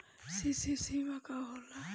CC सीमा का होला?